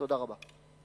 תודה רבה.